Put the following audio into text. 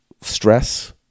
stress